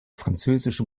französische